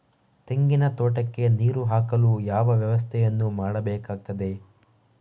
ತೆಂಗಿನ ತೋಟಕ್ಕೆ ನೀರು ಹಾಕಲು ಯಾವ ವ್ಯವಸ್ಥೆಯನ್ನು ಮಾಡಬೇಕಾಗ್ತದೆ?